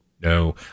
no